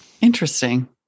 Interesting